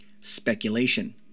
Speculation